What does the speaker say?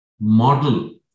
model